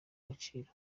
agaciro